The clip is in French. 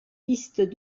pistes